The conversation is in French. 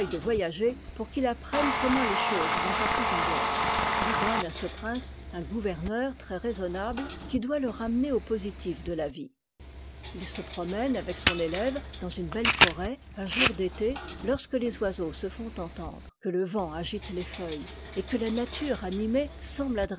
de voyager pour qu'il apprenne comment les choses vont partout ailleurs on donne à ce prince un gouverneur très-raisonnable qui doit le ramener au positif de la vie h se promène avec son élève dans une belle forêt un jour d'été lorsque les oiseaux se font entendre que le vent agite les feuilles et que la nature animée semble